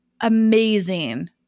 amazing